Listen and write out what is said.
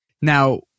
Now